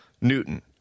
Newton